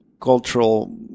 cultural